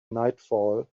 nightfall